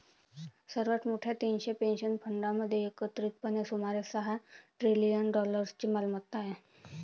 सर्वात मोठ्या तीनशे पेन्शन फंडांमध्ये एकत्रितपणे सुमारे सहा ट्रिलियन डॉलर्सची मालमत्ता आहे